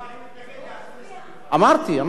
לא, אני מתנגד, אמרתי,